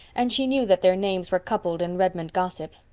and she knew that their names were coupled in redmond gossip.